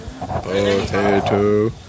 Potato